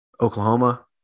Oklahoma